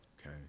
Okay